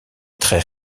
très